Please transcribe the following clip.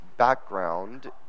background